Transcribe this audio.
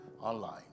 online